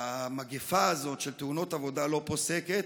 המגפה הזאת של תאונות עבודה לא פוסקת,